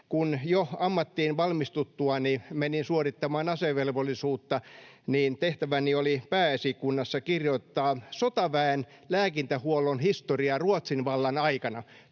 kun jo ammattiin valmistuttuani menin suorittamaan asevelvollisuutta, tehtäväni oli Pääesikunnassa kirjoittaa sotaväen lääkintähuollon historia Ruotsin vallan aikana,